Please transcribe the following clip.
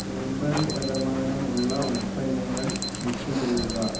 എൺപത് ശതമാനം ഉള്ള ഉൽപ്പന്നങ്ങൾ ലിസ്റ്റ് ചെയ്യുക